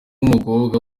umukobwa